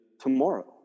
tomorrow